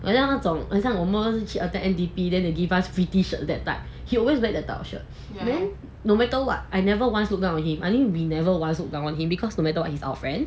好像那种很像我们去 attend N_D_P then they give us free tee shirt that type he always wear the type of shirt and then no matter what I never once looked down on him I think we never look down on him because no matter what he's our friend